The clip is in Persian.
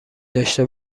داشته